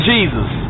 Jesus